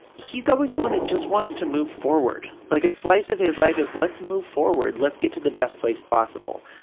he's always the one that just wants to move forward. like a slice of his life is, let's move forward, let's get to the best place possible.